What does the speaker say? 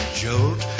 jolt